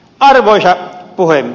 arvoisa puhemies